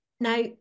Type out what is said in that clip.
Now